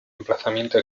emplazamiento